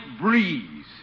breeze